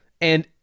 And-